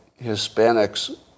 Hispanics